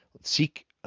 Seek